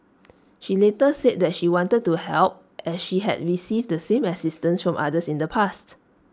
she later said that she wanted to help as she had received the same assistance from others in the past